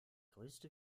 größte